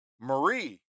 Marie